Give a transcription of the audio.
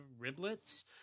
riblets